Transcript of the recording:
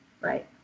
right